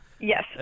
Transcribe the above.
yes